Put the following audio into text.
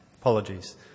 Apologies